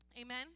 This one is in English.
Amen